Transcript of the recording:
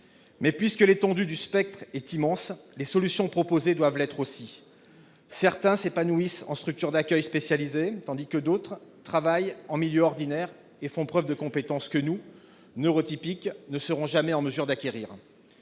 Mais, puisque l'étendue du spectre est immense, les solutions proposées doivent l'être aussi. Certains s'épanouissent en structure d'accueil spécialisée, tandis que d'autres travaillent en milieu ordinaire et font preuve de compétences que nous, neurotypiques, ne serons jamais en mesure d'acquérir.